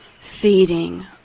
feeding